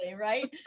Right